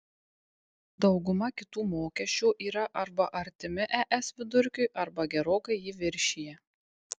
dauguma kitų mokesčių yra arba artimi es vidurkiui arba gerokai jį viršija